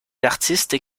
artistes